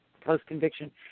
post-conviction